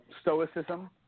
stoicism